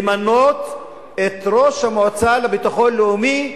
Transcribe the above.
למנות את ראש המועצה לביטחון לאומי,